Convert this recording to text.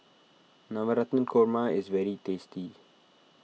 Navratan Korma is very tasty